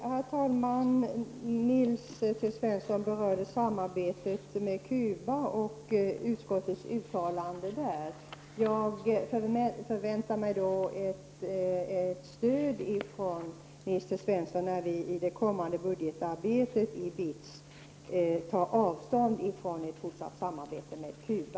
Herr talman! Nils T Svensson berörde samarbetet med Cuba och utskottets uttalande om detta. Jag förväntar mig då Nils T Svenssons stöd i det kommande budgetarbetet inom BITS och att han tar avstånd från ett fortsatt samarbete med Cuba.